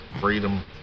freedom